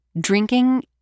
drinking